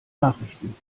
nachrichten